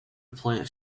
plant